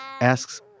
asks